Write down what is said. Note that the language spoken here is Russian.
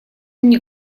мне